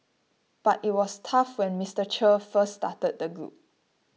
but it was tough when Mister Che first started the group